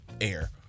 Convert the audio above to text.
air